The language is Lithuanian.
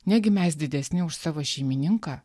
negi mes didesni už savo šeimininką